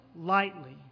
lightly